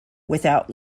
without